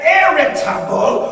irritable